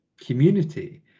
community